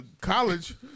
college